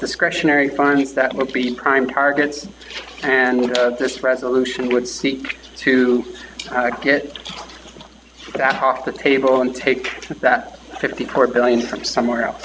discretionary funds that were being prime targets and this resolution would seek to get that off the table and take that fifty four billion from somewhere else